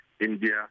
India